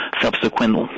subsequent